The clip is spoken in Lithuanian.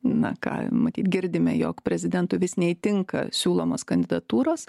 na ką matyt girdime jog prezidentui vis neįtinka siūlomos kandidatūros